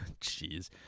Jeez